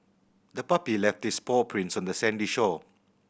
the puppy left its paw prints on the sandy shore